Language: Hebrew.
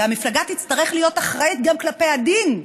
והמפלגה תצטרך להיות אחראית גם כלפי הדין.